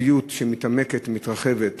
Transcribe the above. הקוטביות מתעמקת ומתרחבת.